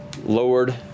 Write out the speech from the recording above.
lowered